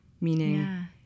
meaning